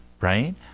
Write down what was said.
Right